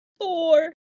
Four